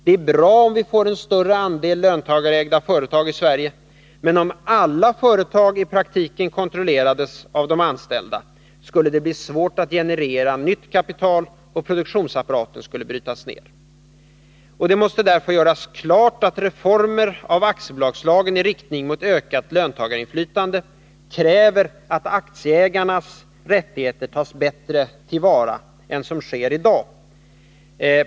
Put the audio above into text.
Det är bra om vi får en större andel löntagarägda företag i Sverige, men om alla företag i praktiken kontrolle rades av de anställda, skulle det bli svårt att generera nytt kapital, och produktionsapparaten skulle brytas ned. Det måste därför göras klart att reformer av aktiebolagslagen i riktning mot ökat löntagarinflytande kräver att aktieägarnas rättigheter bättre tas till vara än som sker i dag.